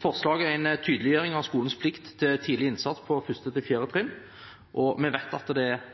Forslaget er en tydeliggjøring av skolens plikt til tidlig innsats på 1.–4. trinn, og vi vet at det er